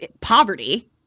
poverty